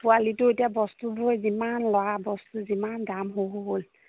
পোৱালিটো এতিয়া বস্তুবোৰ যিমান ল'ৰা বস্তু যিমান দাম হ'ল